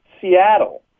Seattle